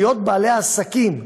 להיות בעלי עסקים,